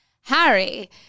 Harry